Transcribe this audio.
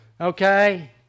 Okay